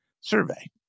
survey